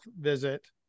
visit